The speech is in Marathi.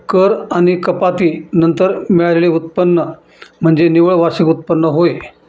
कर आणि कपाती नंतर मिळालेले उत्पन्न म्हणजे निव्वळ वार्षिक उत्पन्न होय